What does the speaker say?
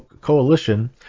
coalition